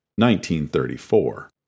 1934